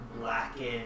blackened